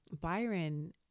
byron